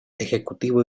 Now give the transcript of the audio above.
ejecutivo